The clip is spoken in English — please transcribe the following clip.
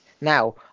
now